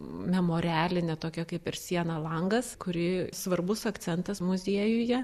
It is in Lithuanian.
memorialinė tokia kaip ir siena langas kuri svarbus akcentas muziejuje